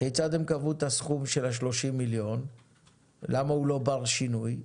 כיצד הם קבעו את הסכום של ה-30,000,000 ולמה הוא לא בר שינוי.